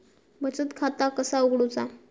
बचत खाता कसा उघडूचा?